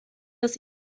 aus